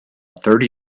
thirty